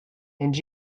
and